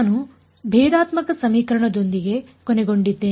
ನಾನು ಭೇದಾತ್ಮಕ ಸಮೀಕರಣದೊಂದಿಗೆ ಕೊನೆಗೊಂಡಿದ್ದೇನೆ